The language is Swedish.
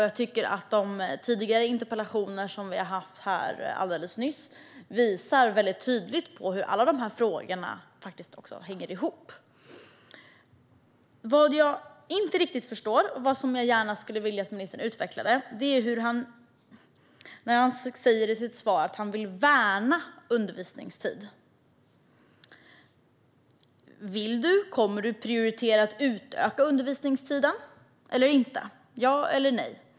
Jag tycker att de interpellationsdebatter vi har haft här alldeles nyss visar tydligt hur alla dessa frågor hänger ihop. Vad jag inte riktigt förstår och vad jag skulle vilja att ministern utvecklar är det han säger i sitt svar - att han vill värna om undervisningstiden. Vill han och kommer han att prioritera att utöka undervisningstiden eller inte, ja eller nej?